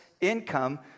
income